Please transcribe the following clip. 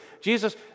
Jesus